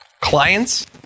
clients